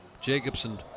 Jacobson